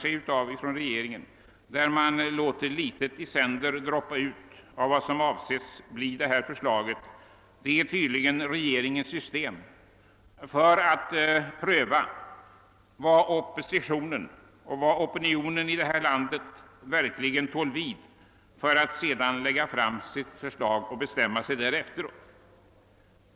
Sättet att droppa ut litet i sänder av vad som avses bli ett förslag är tydligen regeringens system för att pröva vad oppositionen och opinionen i vårt land verkligen tål. Sedan utformar man tydligen sitt förslag med ledning härav.